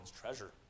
treasure